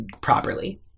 properly